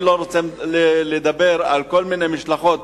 אני לא רוצה לדבר על כל מיני משלחות.